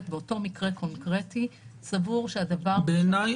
באותו מקרה קונקרטי סבור שהדבר משרת את האינטרס.